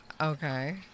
Okay